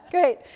Great